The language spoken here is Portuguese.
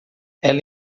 ela